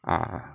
ah